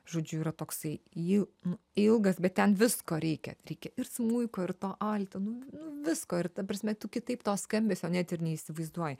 žodžiu yra toksai il ilgas bet ten visko reikia reikia ir smuiko ir to alto nu n visko ir ta prasme tu kitaip to skambesio net ir neįsivaizduoji